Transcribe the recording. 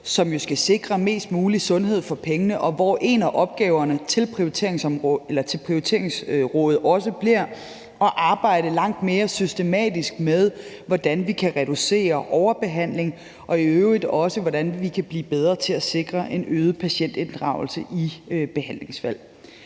som skal sikre mest mulig sundhed for pengene, og hvor en af opgaverne for prioriteringsrådet også bliver at arbejde langt mere systematisk med, hvordan vi kan reducere overbehandling, og i øvrigt også hvordan vi kan blive bedre til at sikre en øget patientinddragelse i behandlingsvalg.